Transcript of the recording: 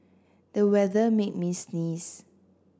the weather made me sneeze